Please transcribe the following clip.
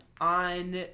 on